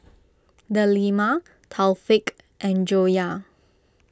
Delima Taufik and Joyah